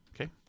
Okay